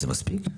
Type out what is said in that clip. זה מספיק?